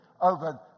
over